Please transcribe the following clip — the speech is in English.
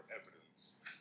evidence